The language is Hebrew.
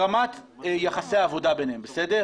ברמת יחסי העבודה ביניהם, בסדר?